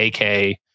AK